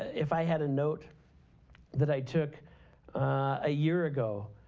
if i had a note that i took a year ago,